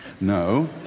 No